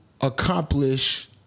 accomplish